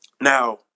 Now